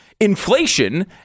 inflation